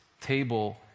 table